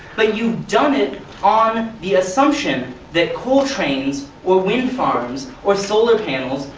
ah you've done it on the assumption that coal trains or wind farms or solar panels,